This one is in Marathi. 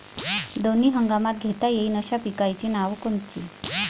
दोनी हंगामात घेता येईन अशा पिकाइची नावं कोनची?